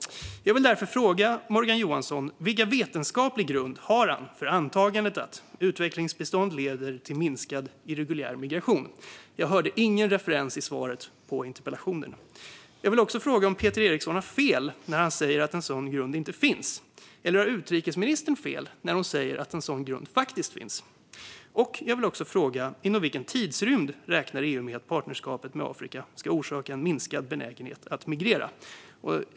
Jag vill därför fråga Morgan Johansson vilken vetenskaplig grund han har för antagandet att utvecklingsbistånd leder till minskad irreguljär migration. Jag hörde ingen referens i interpellationssvaret. Jag vill också fråga om Peter Eriksson har fel när han säger att en sådan grund inte finns, eller om utrikesministern har fel när hon säger att en sådan grund faktiskt finns. Jag vill även fråga inom vilken tidsrymd EU räknar med att partnerskapet med Afrika ska orsaka en minskad benägenhet att migrera.